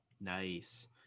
nice